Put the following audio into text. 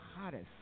hottest